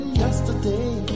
yesterday